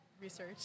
Research